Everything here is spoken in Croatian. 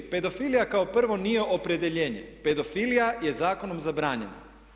Pedofilija kao prvo nije opredjeljenje, pedofilija je zakonom zabranjena.